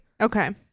Okay